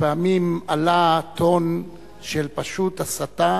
שפעמים עלה הטון של הסתה